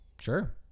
Sure